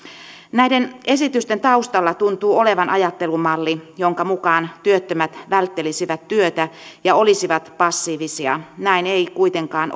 näiden esitysten taustalla tuntuu olevan ajattelumalli jonka mukaan työttömät välttelisivät työtä ja olisivat passiivisia näin ei kuitenkaan